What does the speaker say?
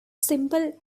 simple